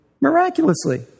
miraculously